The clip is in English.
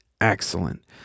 excellent